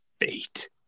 fate